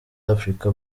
african